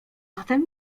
zatem